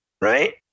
right